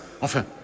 Enfin